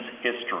history